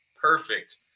perfect